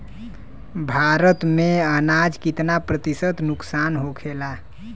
भारत में अनाज कितना प्रतिशत नुकसान होखेला?